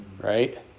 right